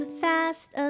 fast